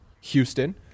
Houston